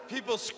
People